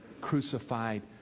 crucified